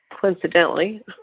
coincidentally